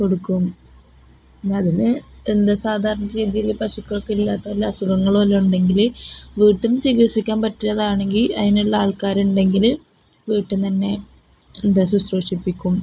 കൊടുക്കും പിന്നെ അതിന് എന്താണ് സാധാരണ രീതിയില് പശുക്കളൊക്കെ ഇല്ലാത്തല്ല അസുഖങ്ങള് വല്ലതുമുണ്ടെങ്കില് വീട്ടില് ചികിത്സിക്കാൻ പറ്റുന്നതാണെങ്കില് അതിനുള്ള ആൾക്കാരുണ്ടെങ്കിള് വീട്ടില്നിന്നുതന്നെ എന്താണ് ശുശ്രൂഷിപ്പിക്കും